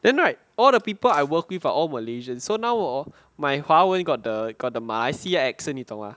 then right all the people I work with are all malaysians so now hor my 华文 got the got the 马来西亚 accent 你懂吗